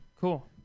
cool